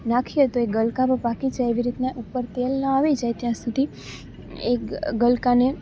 નાખીએ તો એ ગલકાં પાકી જાય એવી રીતનાં ઉપર તેલ ન આવી જાય ત્યાં સુધી એ ગલકાંને